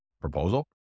proposal